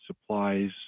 supplies